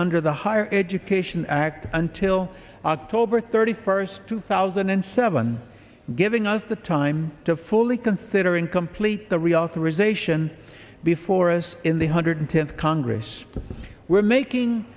under the higher education act until october thirty first two thousand and seven giving us the time to fully consider in complete the reauthorization before us in the hundred tenth congress we're making